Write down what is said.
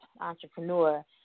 entrepreneur